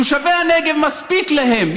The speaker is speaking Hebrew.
תושבי הנגב, מספיק להם.